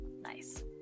Nice